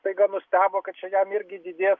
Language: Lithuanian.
staiga nustebo kad čia jam irgi didės